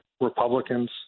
Republicans